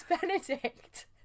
benedict